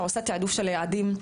שעושה תעדוף של היעדים.